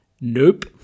Nope